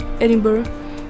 Edinburgh